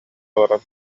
олорон